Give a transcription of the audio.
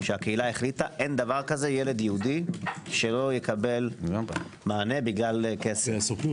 הקהילה החליטה אין דבר כזה ילד יהודי שלא יקבל מענה בגלל כסף.